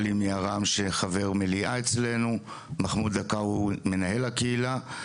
עלי מערם שחבר מליאה אצלנו ומחמוד עכאווי שהוא מנהל הקהילה.